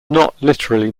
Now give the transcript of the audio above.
literally